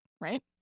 Right